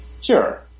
Sure